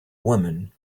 woman